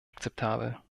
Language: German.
akzeptabel